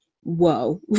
whoa